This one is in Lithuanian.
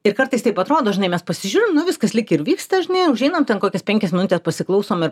ir kartais taip atrodo žinai mes pasižiūrim nu viskas lyg ir vyksta žinai užeinam ten kokias penkias minutes pasiklausom ir